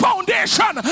foundation